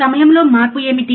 సమయం లో మార్పు ఏమిటి